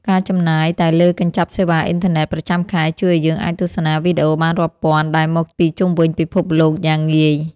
ការចំណាយតែលើកញ្ចប់សេវាអ៊ីនធឺណិតប្រចាំខែជួយឱ្យយើងអាចទស្សនាវីដេអូបានរាប់ពាន់ដែលមកពីជុំវិញពិភពលោកយ៉ាងងាយ។